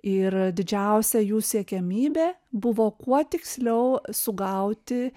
ir didžiausia jų siekiamybė buvo kuo tiksliau sugauti